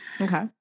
Okay